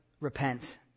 repent